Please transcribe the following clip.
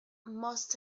must